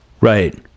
Right